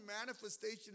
manifestation